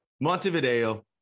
Montevideo